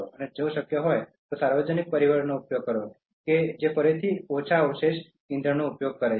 અને જો શક્ય હોય તો સાર્વજનિક પરિવહનનો ઉપયોગ કરો જે ફરીથી ઓછા અવશેષ ઇંધણનો ઉપયોગ કરે છે